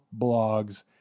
blogs